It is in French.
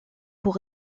pour